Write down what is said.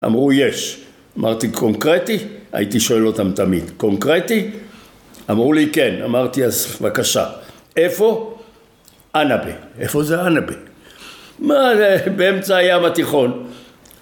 אמרו יש. אמרתי, קונקרטי? הייתי שואל אותם תמיד, קונקרטי? אמרו לי, כן. אמרתי אז בבקשה. איפה ענבה? איפה זה ענבה? מה, זה באמצע הים התיכון...